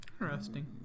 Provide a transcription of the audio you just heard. interesting